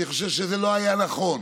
אני חושב שזה לא היה נכון,